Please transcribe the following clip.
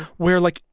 where, like,